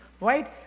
right